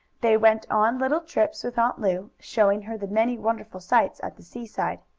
they went on little trips with aunt lu, showing her the many wonderful sights at the seaside.